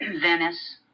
Venice